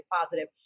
positive